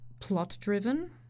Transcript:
plot-driven